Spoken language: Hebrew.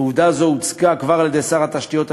ועובדה זו כבר הוצגה על-ידי שר התשתיות הלאומיות,